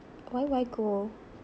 why why go